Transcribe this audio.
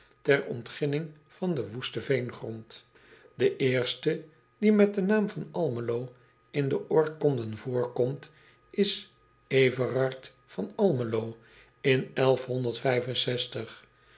ter ontginning van den woesten veengrond e eerste die met den naam van l m e l o in de oorkonden voorkomt is verard van lmelo in